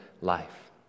life